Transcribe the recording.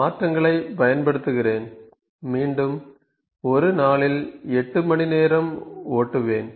மாற்றங்களைப் பயன்படுத்துகிறேன் மீண்டும் ஒரு நாளில் 8 மணி நேரம் ஓட்டுவேன்